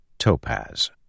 Topaz